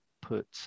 put